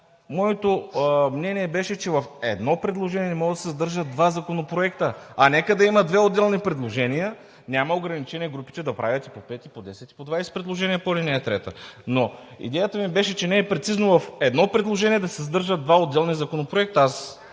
Моето мнение беше, че в едно предложение не може да се съдържат два законопроекта. Нека да има две отделни предложения. Няма ограничение групите да правят и по пет, и по десет, и по 20 предложения по ал. 3. Идеята ми беше, че не е прецизно в едно предложение да се съдържат два отделни законопроекта.